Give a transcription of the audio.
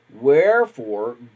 Wherefore